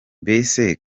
mbese